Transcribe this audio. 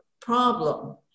problem